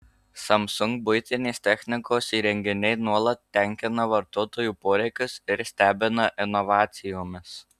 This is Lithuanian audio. samsung buitinės technikos įrenginiai nuolat tenkina vartotojų poreikius ir stebina inovacijomis